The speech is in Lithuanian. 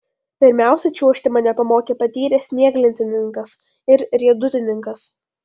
pirmiausia čiuožti mane pamokė patyręs snieglentininkas ir riedutininkas